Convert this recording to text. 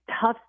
tough